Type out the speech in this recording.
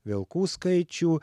vilkų skaičių